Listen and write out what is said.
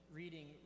reading